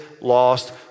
lost